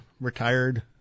retired